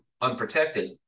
unprotected